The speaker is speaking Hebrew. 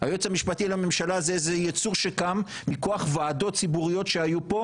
היועץ המשפטי לממשלה זה איזה ייצור שקם מכוח ועדות ציבוריות שהיו פה,